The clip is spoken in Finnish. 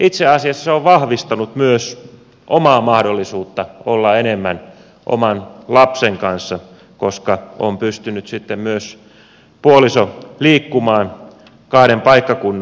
itse asiassa se on vahvistanut myös omaa mahdollisuutta olla enemmän oman lapsen kanssa koska on pystynyt sitten myös puoliso liikkumaan kahden paikkakunnan väliä